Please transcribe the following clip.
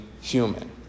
human